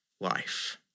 life